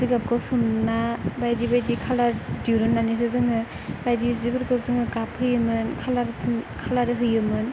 जिगाबखौ सोमना बायदि बायदि कालार दिहुननानैसो जोङो बायदि सिफोरखौ जोङो गाब होयोमोन कालार होयोमोन